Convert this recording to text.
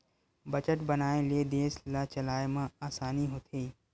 budget बनाए ले देस ल चलाए म असानी होथे